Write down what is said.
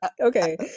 okay